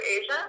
Asia